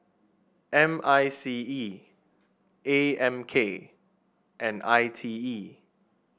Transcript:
M I C E A M K and I T E